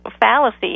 fallacy